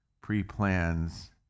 pre-plans